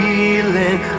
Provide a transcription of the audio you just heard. Feeling